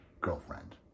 girlfriend